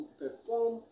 perform